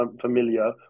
familiar